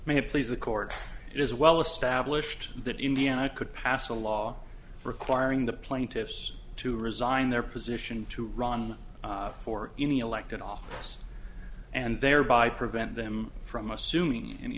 may have please the court it is well established that indiana could pass a law requiring the plaintiffs to resign their position to run for any elected office and thereby prevent them from assuming any